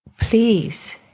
please